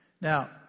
Now